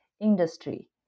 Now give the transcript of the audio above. industry